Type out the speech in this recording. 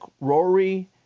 Rory